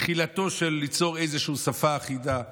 תחילה של יצירת איזושהי שפה אחידה,